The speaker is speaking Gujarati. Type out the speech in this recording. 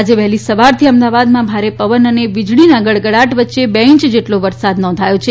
આજે વહેલી સવાર થી અમદાવાદમાં ભારે પવન અને વીજળીના ગડગડાટ વચ્ચે બે ઇંચ જેટલો વરસાદ નોંધાયો છે